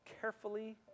Carefully